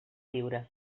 lliure